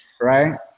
Right